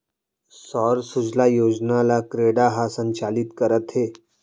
सौर सूजला योजना ल क्रेडा ह संचालित करत हे